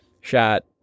shot